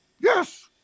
Yes